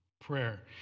prayer